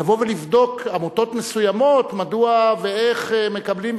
לבוא ולבדוק עמותות מסוימות מדוע ואיך מקבלים,